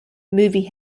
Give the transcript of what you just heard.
movie